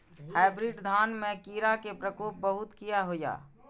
Hybrid धान में कीरा के प्रकोप बहुत किया होया?